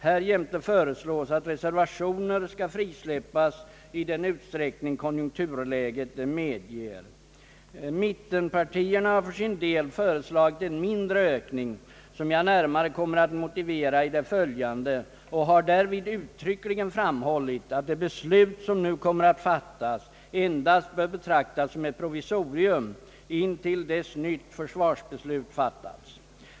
Härjämte föreslås att reservationer skall frisläppas i den utsträckning <konjunkturläget medger. Mittenpartierna har för sin del föreslagit en mindre ökning — som jag närmare kommer att motivera i det följande — och har därvid uttryckligen framhållit att det beslut som nu kommer att fattas endast bör betraktas som ett provisorium intill dess nytt försvarsbeslut fattats.